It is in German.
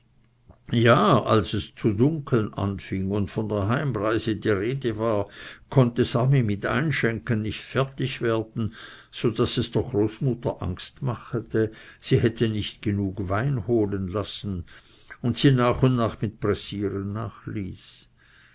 ja als es zu dunkeln anfing und von der heimreise die rede war konnte sami mit einschenken nicht fertig werden so daß es der großmutter angst machte sie hätte nicht wein genug holen lassen und sie nach und nach mit pressieren nachließ